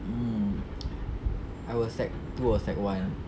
mm I was sec two or sec one